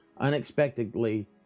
unexpectedly